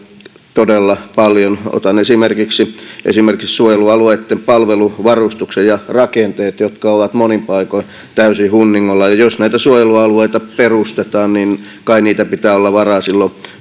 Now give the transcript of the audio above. todella paljon otan esimerkiksi esimerkiksi suojelualueitten palveluvarustuksen ja rakenteet jotka ovat monin paikoin täysin hunningolla jos näitä suojelualueita perustetaan niin kai niitä pitää olla varaa silloin